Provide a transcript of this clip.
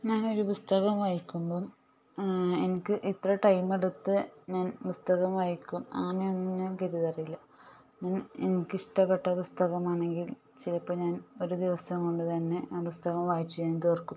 ഞാൻ ഒരു പുസ്തകം വായിക്കുമ്പോൾ എനിക്ക് ഇത്ര ടൈം എടുത്ത് ഞാൻ പുസ്തകം വായിക്കും അങ്ങനെ ഒന്നും ഞാൻ കരുതാറില്ല ഞാൻ എനിക്ക് ഇഷ്ടപ്പെട്ട പുസ്തകമാണെങ്കിൽ ചിലപ്പോൾ ഞാൻ ഒരു ദിവസം കൊണ്ട് തന്നെ ആ പുസ്തകം വായിച്ച് ഞാൻ തീർക്കും